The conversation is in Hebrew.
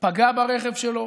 פגע ברכב שלו.